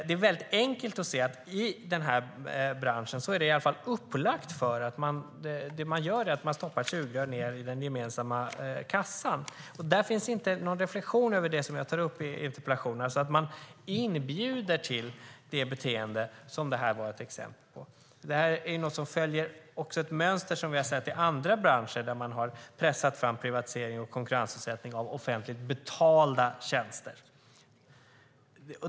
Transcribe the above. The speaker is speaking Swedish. Det är väldigt enkelt att se att det i den här branschen är upplagt för att stoppa ned ett sugrör i den gemensamma kassan, och det finns ingen reflektion över det jag tar upp i interpellationen: att man inbjuder till det beteende det här var ett exempel på. Det följer också ett mönster vi har sett i andra branscher där man har pressat fram privatisering och konkurrensutsättning av offentligt betalda tjänster.